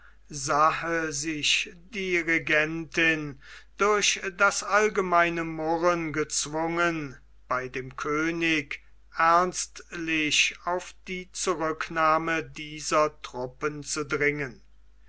sah sich die regentin durch das allgemeine murren gezwungen bei dem könig ernstlich auf die zurücknahme dieser truppen zu dringen